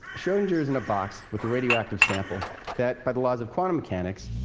schrodinger is in a box with a radioactive sample that, by the laws of quantum mechanics,